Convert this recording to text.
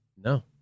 No